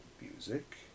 music